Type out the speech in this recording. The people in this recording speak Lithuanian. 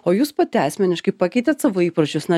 o jūs pati asmeniškai pakeitėt savo įpročius na